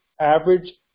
average